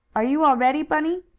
are you all ready, bunny?